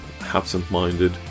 absent-minded